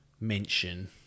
mention